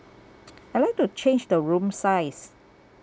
I'd like to change the room size